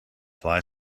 fly